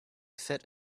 fit